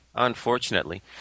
Unfortunately